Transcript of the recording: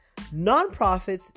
nonprofits